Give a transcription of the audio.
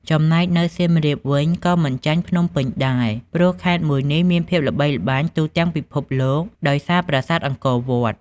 ចំណែកនៅសៀមរាបវិញក៏មិនចាញ់ភ្នំពេញដែរព្រោះខេត្តមួយនេះមានភាពល្បីល្បាញទូទាំងពិភពលោកដោយសារប្រាសាទអង្គរវត្ត ។